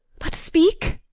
but speak.